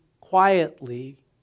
quietly